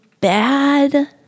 bad